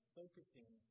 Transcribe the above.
focusing